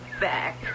back